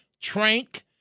trank